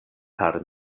per